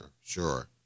sure